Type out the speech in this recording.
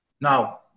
Now